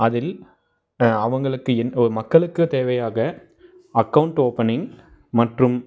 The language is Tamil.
அதில் அவங்களுக்கு மக்களுக்குத் தேவையாக அக்கௌண்ட் ஓப்பனிங் மற்றும்